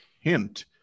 Hint